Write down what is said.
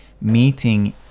meeting